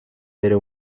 era